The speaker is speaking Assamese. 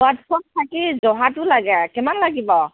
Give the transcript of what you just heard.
তাত চব থাকেই জহাটো লাগে কিমান লাগিব